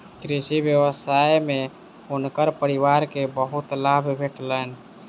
कृषि व्यवसाय में हुनकर परिवार के बहुत लाभ भेटलैन